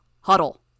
huddle